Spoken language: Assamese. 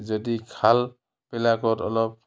যদি খালবিলাকত অলপ